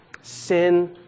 sin